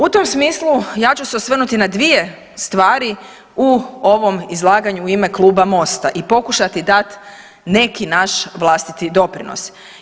U tom smislu ja ću se osvrnuti na dvije stvari u ovom izlaganju i ime Kluba Mosta i pokušati dat neki naš vlastiti doprinos.